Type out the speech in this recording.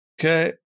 Okay